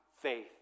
faith